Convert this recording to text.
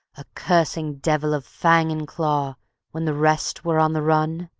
a cursing devil of fang and claw when the rest were on the run?